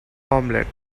omelette